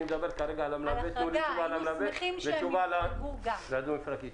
אנחנו מדברים כרגע על המלווה ועל אוטובוס מפרקי.